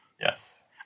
Yes